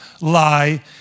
lie